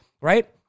right